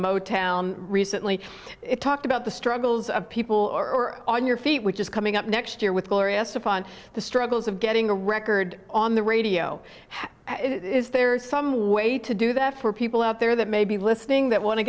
motown recently it talked about the struggles of people or on your feet which is coming up next year with glorious upon the struggles of getting a record on the radio how it is there's some way to do that for people out there that may be listening that want to